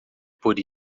por